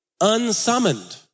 Unsummoned